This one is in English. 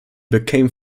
became